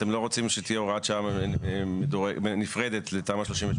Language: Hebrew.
אתם לא רוצים שתהיה הוראת שעה נפרד לתמ"א 38